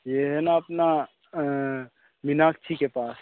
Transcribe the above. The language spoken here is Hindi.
यह है ना अपना मीनाक्षी के पास